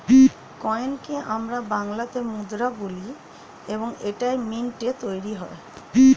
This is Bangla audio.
কয়েনকে আমরা বাংলাতে মুদ্রা বলি এবং এইটা মিন্টে তৈরী হয়